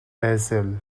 tehsil